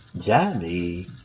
Johnny